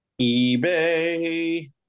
eBay